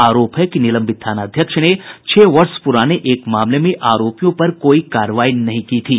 आरोप है कि निलंबित थानाध्यक्ष ने छह वर्ष पुराने एक मामले में आरोपियों पर कोई कार्रवाई नहीं की थी